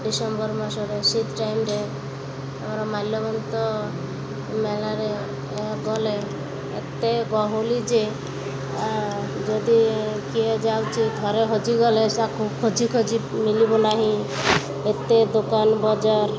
December ମାସରେ ଶୀତ ଟାଇମ୍ରେ ଆମର ମାଲ୍ୟବନ୍ତ ମେଳାରେ ଏହା ଗଲେ ଏତେ ଗହଲି ଯେ ଯଦି କିଏ ଯାଉଛି ଥରେ ହଜିଗଲେ ତାକୁ ଖୋଜି ଖୋଜି ମିଳିବ ନାହିଁ ଏତେ ଦୋକାନ ବଜାର